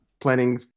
planning